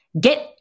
get